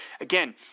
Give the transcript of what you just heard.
again